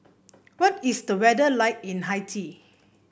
what is the weather like in Haiti